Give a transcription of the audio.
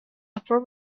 upper